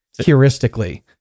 heuristically